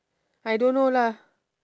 I don't know lah